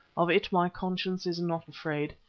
of it my conscience is not afraid.